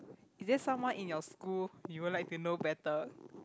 is there someone in your school you would like to know better